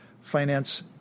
Finance